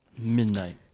Midnight